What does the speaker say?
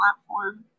platform